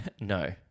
no